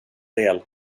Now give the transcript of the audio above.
del